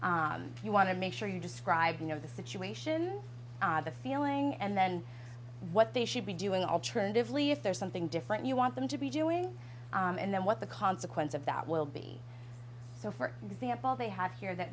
all you want to make sure you're describing of the situation the feeling and then what they should be doing alternatively if there's something different you want them to be doing and then what the consequence of that will be so for example they have here that